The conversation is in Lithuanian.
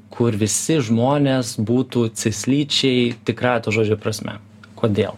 kur visi žmonės būtų cislyčiai tikrąja to žodžio prasme kodėl